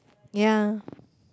ya